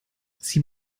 sie